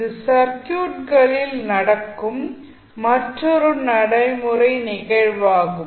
இது சர்க்யூட்களில் நடக்கும் மற்றொரு நடைமுறை நிகழ்வாகும்